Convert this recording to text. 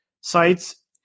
sites